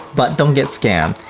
but don't get scammed.